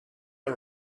all